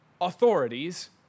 authorities